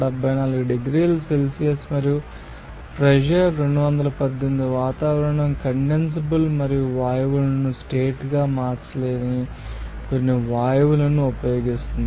374 డిగ్రీల సెల్సియస్ మరియు ప్రెషర్ 218 వాతావరణం కండెన్సబుల్ మరియు వాయువులను స్టేట్స్ గా మార్చలేని కొన్ని వాయువులను ఉపయోగిస్తుంది